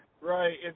Right